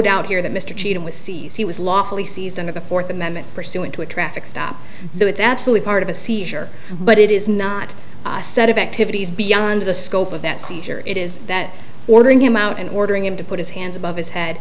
doubt here that mr cheatham was seized he was lawfully season of the fourth amendment pursuant to a traffic stop so it's actually part of a seizure but it is not a set of activities beyond the scope of that seizure it is that ordering him out and ordering him to put his hands above his head